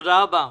תודה רבה.